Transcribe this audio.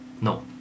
No